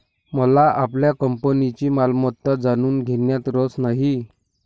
मला आपल्या कंपनीची मालमत्ता जाणून घेण्यात रस नाही